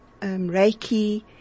Reiki